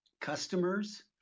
customers